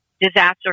disaster